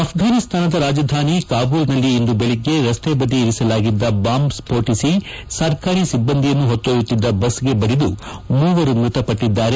ಅಫ್ರಾನಿಸ್ತಾನದ ರಾಜಧಾನಿ ಕಾಬೂಲ್ನಲ್ಲಿ ಇಂದು ಬೆಳಗ್ಗೆ ರಸ್ತೆ ಬದಿ ಇರಿಸಲಾಗಿದ್ದ ಬಾಂಬ್ ಸ್ಕೋಟಿಸಿ ಸರ್ಕಾರಿ ಸಿಬ್ಬಂದಿಯನ್ನು ಹೊತ್ತೊಯ್ಯಕ್ತಿದ್ದ ಬಸ್ಗೆ ಬಡಿದು ಮೂವರು ಮೃತಪಟ್ಲದ್ದಾರೆ